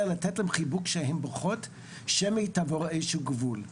לתת להן חיבוק כשהן בוכות שמא היא תעבור איזשהו גבול.